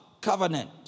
covenant